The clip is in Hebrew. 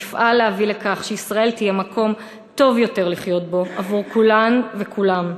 נפעל להביא לכך שישראל תהיה מקום טוב יותר לחיות בו עבור כולן וכולם,